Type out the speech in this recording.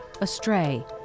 astray